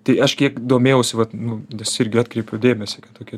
tai aš kiek domėjausi vat nu nes irgi atkreipiau dėmesį kad tokia